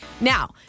Now